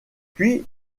puis